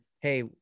hey